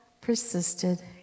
persisted